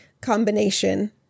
combination